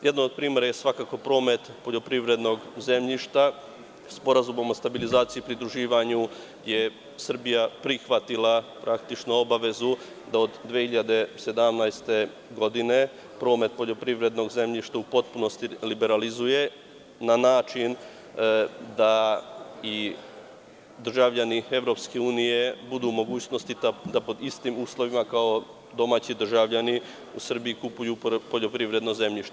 Jedan od primera je svakako promet poljoprivrednog zemljišta Sporazumom o stabilizaciji i pridruživanju je Srbija prihvatila obavezu da od 2017. godine promet poljoprivrednog zemljišta u potpunosti liberalizuje na način da i državljani EU budu u mogućnosti da pod istim uslovima, kao domaći državljani u Srbiji kupuju poljoprivredno zemljište.